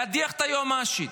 להדיח את היועמ"שית.